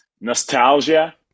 nostalgia